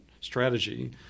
strategy